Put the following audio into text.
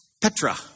Petra